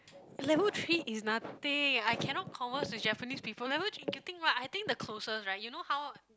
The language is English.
level three is nothing I cannot converse with Japanese people level three getting what I think the closest right you know how